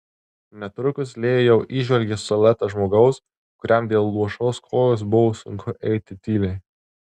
netrukus lėja jau įžvelgė siluetą žmogaus kuriam dėl luošos kojos buvo sunku eiti tyliai